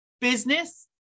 business